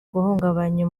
guhungabanya